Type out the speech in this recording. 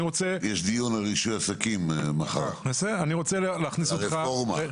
יש דיון על רישוי עסקים מחר, על הרפורמה.